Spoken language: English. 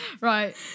Right